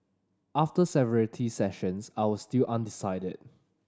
after several tea sessions I was still undecided